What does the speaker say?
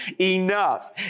enough